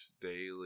daily